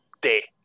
day